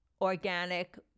organic